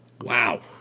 Wow